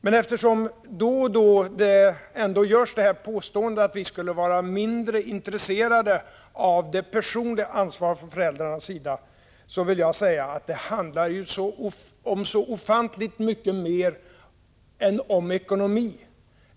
Men eftersom vi då och då får höra påståendet att vi skulle var mindre intresserade av det personliga ansvaret från föräldrarnas sida, vill jag säga att det handlar om så ofantligt mycket mer än om ekonomi.